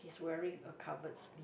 he's wearing a covered slip